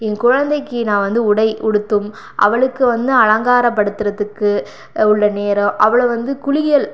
என் குழந்தைக்கு நான் வந்து உடை உடுத்தும் அவளுக்கு வந்து அலங்காரப்படுத்துறதுக்கு உள்ள நேரம் அவளை வந்து குளியல்